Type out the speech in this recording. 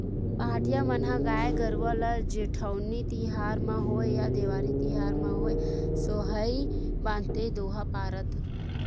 पहाटिया मन ह गाय गरुवा ल जेठउनी तिहार म होवय या देवारी तिहार म होवय सोहई बांधथे दोहा पारत